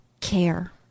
care